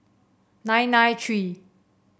nine nine three